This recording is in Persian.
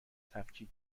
تفکیک